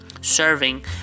serving